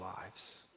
lives